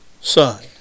son